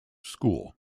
school